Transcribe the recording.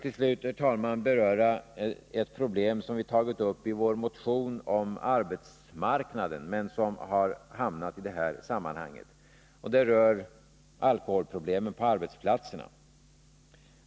Till slut vill jag beröra ett problem som vi tagit upp i vår motion om arbetsmarknaden, en motion som emellertid hamnat i detta sammanhang. Det gäller alkoholproblemen på arbetsplatserna.